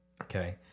Okay